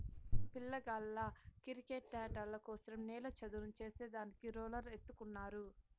పిల్లగాళ్ళ కిరికెట్టాటల కోసరం నేల చదును చేసే దానికి రోలర్ ఎత్తుకున్నారు